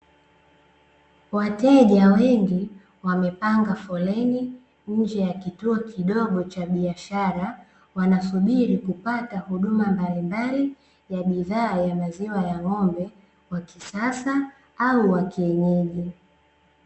Wateja wengi wamepanga foleni, nje ya kituo kidogo cha biashara, wanasubiri kupata huduma mbalimbali ya bidhaa ya maziwa ya ng'ombe wa kisasa au wa kienyeji.